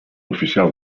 oficial